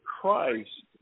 Christ